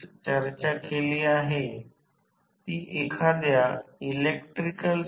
म्हणून हा N1 N2N2 हे N2 N1 असे KK VA ऑटो होईल